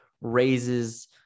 raises